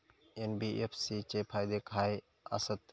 NBFC चे फायदे खाय आसत?